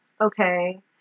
Okay